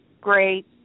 great